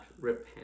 repent